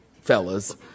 fellas